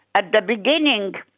at the beginning,